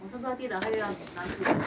我差不多要跌到他又要拿著